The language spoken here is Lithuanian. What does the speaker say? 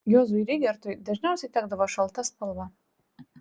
juozui rygertui dažniausiai tekdavo šalta spalva